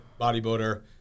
bodybuilder